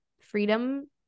freedom